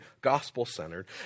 gospel-centered